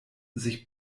sich